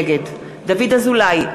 נגד דוד אזולאי,